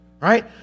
right